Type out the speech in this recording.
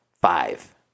Five